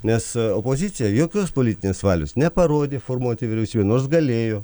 nes opozicija jokios politinės valios neparodė formuoti vyriausybę nors galėjo